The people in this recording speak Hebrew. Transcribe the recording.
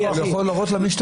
הוא יכול להורות למשטרה.